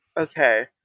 Okay